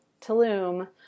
Tulum